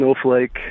snowflake